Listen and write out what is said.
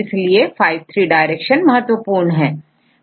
इसलिए5'to3' direction महत्वपूर्ण है